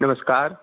નમસ્કાર